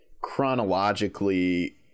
chronologically